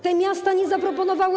Te miasta nic nie zaproponowały.